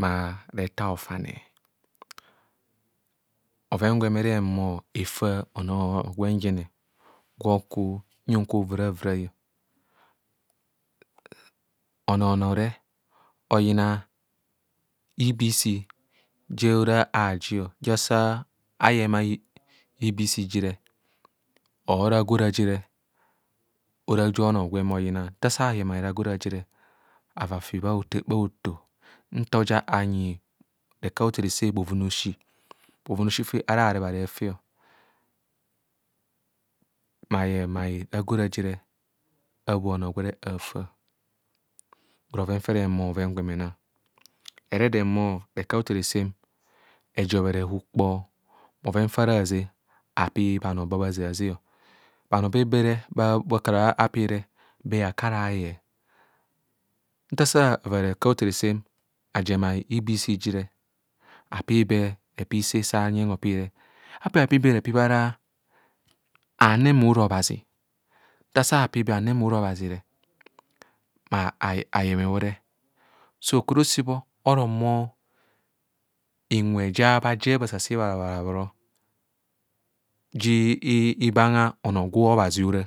maa reja hojane bhoven gwen ehurra ehumo efaa onoo gwe njene oku huyang kwe a hovirai. Ono- oho- no re oyina ibiisi je ora aji o, je osa ayemo o ibiisi jere ragora je ra ora ja ono gwem oyina. Nla asa ayema ragora jere ava ata bha hoto nta oja anyi reka a hothere sere bhoven aosi. Bhovanosi fe ha hura rebha rebha fe. Mma ayemai ragora jene abhoa ono gwere afaa ora bhoven fa ehumo bhoven gwere enang ehure eda ehumo reka hothene sem ejobhere hukpo. Bhoven fa ara azeng apii bhanoo ba bha za zeng. Bhanoo bene be hakura appnre be hakura ayeng. Nta sa ava reka hothene samg ajemai ibiisi jire apii be repib san anyeng hopi re. Apihapib be aro ane bhora obhazi? Nta asa apib beaane bhora obhazi re, a humo ayeme re so okuro osebho oro humo inwe ja bha je bha se bhabhoro ja ibanga onoo gwe obhazi ora.